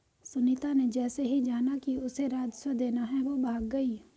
सुनीता ने जैसे ही जाना कि उसे राजस्व देना है वो भाग गई